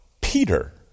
Peter